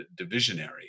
divisionary